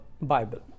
Bible